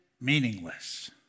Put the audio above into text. meaningless